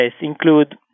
include